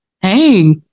Hey